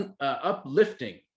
uplifting